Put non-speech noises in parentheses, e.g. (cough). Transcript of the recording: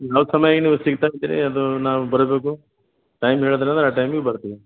ಯಾವ ಸಮಯ ನೀವು (unintelligible) ರೀ ಅದು ನಾವು ಬರಬೇಕು ಟೈಮ್ ಹೇಳಿದ್ರೆ ನಾವು ಆ ಟೈಮಿಗೆ ಬರ್ತೀವಿ